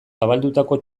zabaldutako